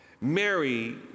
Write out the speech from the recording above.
Mary